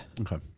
Okay